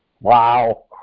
Wow